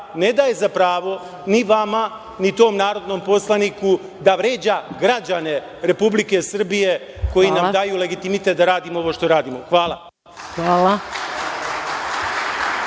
ne daje za pravo nama, ni tom narodnom poslaniku da vređa građane Republike Srbije koji nam daju legitimitet da radimo ovo što radimo. Hvala.